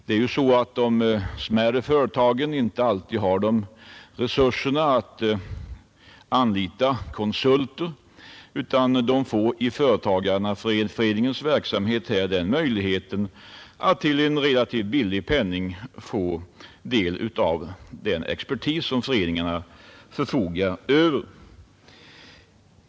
Det är ju så att de smärre företagen inte alltid har sådana resurser att de kan anlita konsulter, utan de får genom företagareföreningarnas verksamhet möjlighet att till en relativt billig penning utnyttja den expertis som föreningarna förfogar över.